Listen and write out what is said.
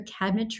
cabinetry